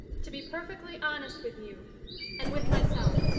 to be perfectly honest with you and with myself.